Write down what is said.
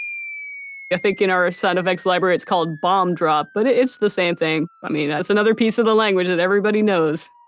i think in our sound effects library it's called bomb drop but it's the same thing. i mean it's another piece of the language that everybody knows